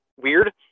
weird